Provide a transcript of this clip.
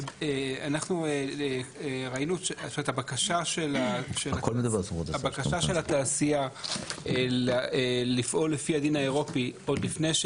אנחנו ראינו את הבקשה של התעשייה לפעול לפי הדין האירופי עוד לפני,